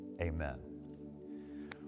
Amen